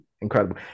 incredible